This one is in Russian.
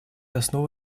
основу